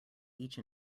each